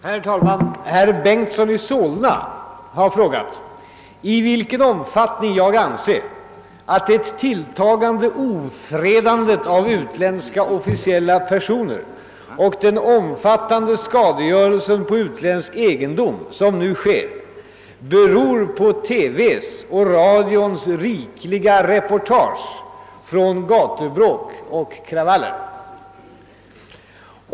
Herr talman! Herr Bengtson i Solna har frågat i vilken omfattning jag anser att det tilltagande ofredandet av utländska officiella personer och den omfattande skadegörelsen på utländsk egendom, som nu sker, beror på TV:s och radions rikliga reportage från gatubråk och kravaller.